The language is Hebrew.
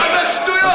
מה זה השטויות האלה?